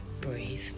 breathe